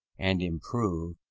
and improve,